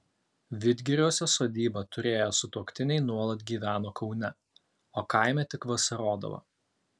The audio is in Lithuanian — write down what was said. vidgiriuose sodybą turėję sutuoktiniai nuolat gyveno kaune o kaime tik vasarodavo